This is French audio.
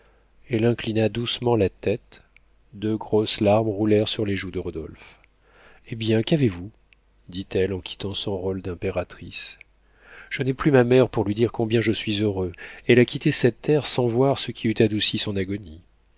elle inclina doucement la tête deux grosses larmes roulèrent sur les joues de rodolphe hé bien qu'avez-vous dit-elle en quittant son rôle d'impératrice je n'ai plus ma mère pour lui dire combien je suis heureux elle a quitté cette terre sans voir ce qui eût adouci son agonie